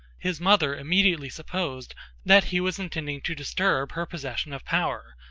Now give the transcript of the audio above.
his mother immediately supposed that he was intending to disturb her possession of power,